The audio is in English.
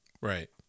Right